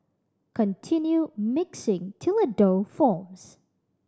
continue mixing till a dough forms